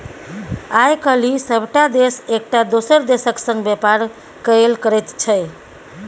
आय काल्हि सभटा देश एकटा दोसर देशक संग व्यापार कएल करैत छै